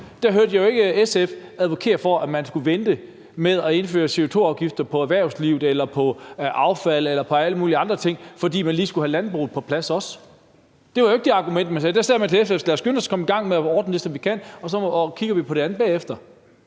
hørte jeg jo ikke SF advokere for, at man skulle vente med at indføre CO2-afgifter, altså på erhvervslivet, på affald eller på alle mulige andre ting, fordi man også lige skulle have landbruget på plads. Det var jo ikke det argument, man havde, men der sagde man, at lad os skynde os at komme i gang med at ordne det, som vi kan, og så kigger vi på det andet bagefter.